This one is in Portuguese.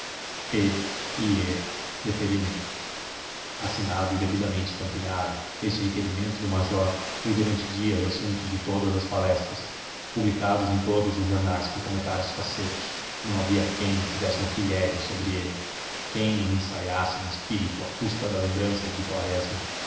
deferimento assinado e devidamente estampilhado este requerimento do major foi durante dias assunto de todas as palestras publicado em todos os jornais com comentários facetos não havia quem não fizesse uma pilhéria sobre ele quem não ensaiasse um espírito à custa da lembrança de quaresma